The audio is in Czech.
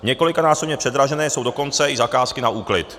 Několikanásobně předražené jsou dokonce i zakázky na úklid.